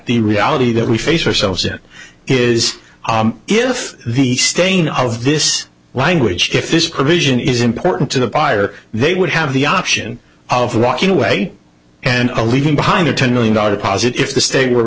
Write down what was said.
the reality that we face or selves it is if the stain of this language diff this provision is important to the buyer they would have the option of walking away and leaving behind a ten million dollars posit if the state were